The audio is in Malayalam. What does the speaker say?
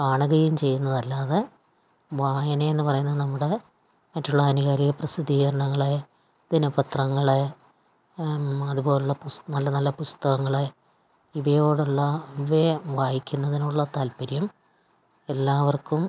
കാണുകയും ചെയ്യുന്നതല്ലാതെ വായനയെന്ന് പറയുന്നത് നമ്മുടെ മറ്റുള്ള ആനുകാലിക പ്രസിദ്ധീകരണങ്ങൾ ദിനപത്രങ്ങൾ അതുപോലുള്ള പുസ് നല്ല നല്ല പുസ്തകങ്ങൾ ഇവയോടുള്ള വായിക്കുന്നതിനോടുള്ള താൽപര്യം എല്ലാവർക്കും